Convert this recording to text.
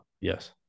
Yes